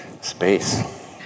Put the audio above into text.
space